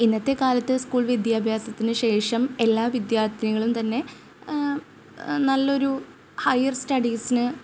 ഇന്നത്തെ കാലത്ത് സ്കൂൾ വിദ്യാഭ്യാസത്തിന് ശേഷം എല്ലാ വിദ്യാർത്ഥികളും തന്നെ നല്ലൊരു ഹൈർ സ്റ്റഡീസിന്